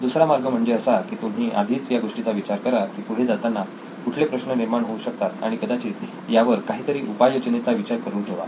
दुसरा मार्ग म्हणजे असा की तुम्ही आधीच या गोष्टीचा विचार करा की पुढे जाताना कुठले प्रश्न निर्माण होऊ शकतात आणि कदाचित यावर काहीतरी उपाययोजनेचा विचार करून ठेवा